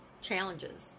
challenges